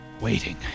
waiting